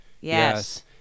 Yes